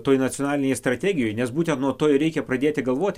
toj nacionalinėj strategijoj nes būtent nuo to ir reikia pradėti galvoti